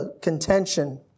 contention